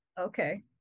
Okay